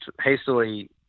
hastily